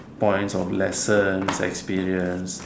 points of lessons experience